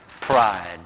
Pride